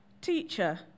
Teacher